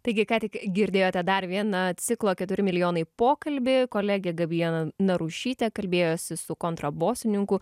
taigi ką tik girdėjote dar vieną ciklo keturi milijonai pokalbį kolegė gabija narušytė kalbėjosi su kontrabosininku